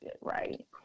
right